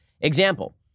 Example